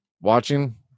watching